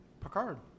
Picard